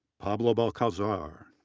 pablo balcazar,